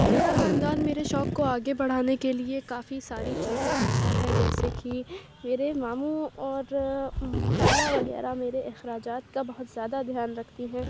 میرا خاندان میرے شوق کو آگے بڑھانے کے لیے کافی ساری چیزیں کرتا ہے جیسے کہ میرے ماموں اور خالہ وغیرہ میرے اخراجات کا بہت زیادہ دھیان رکھتی ہیں